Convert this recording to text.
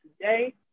today